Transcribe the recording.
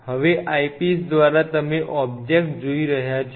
હવે આઈપિસ દ્વારા તમે ઓબ્જેક્ટ જોઈ રહ્યા છો